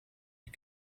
die